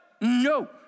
no